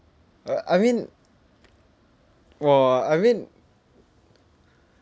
uh I mean !wah! I mean